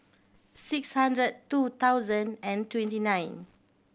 six hundred two thousand and twenty nine